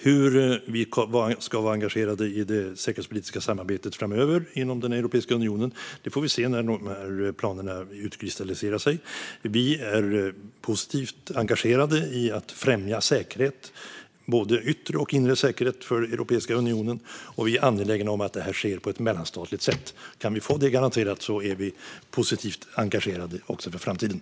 Hur vi ska vara engagerade i det säkerhetspolitiska samarbetet framöver inom Europeiska unionen får vi se när dessa planer utkristalliserar sig. Vi är positivt engagerade i att främja säkerhet, både yttre och inre säkerhet, för Europeiska unionen. Och vi är angelägna om att det sker på ett mellanstatligt sätt. Kan vi få det garanterat är vi positivt engagerade också för framtiden.